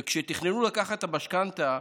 וכשתכננו לקחת את המשכנתה,